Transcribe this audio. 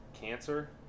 cancer